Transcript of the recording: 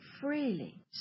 freely